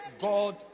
God